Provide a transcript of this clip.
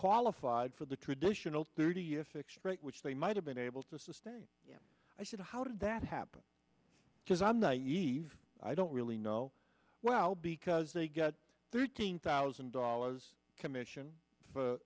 qualified for the traditional thirty year fixed rate which they might have been able to sustain i should how did that happen because i'm naive i don't really know well because they got thirteen thousand dollars commission for